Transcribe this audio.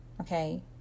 Okay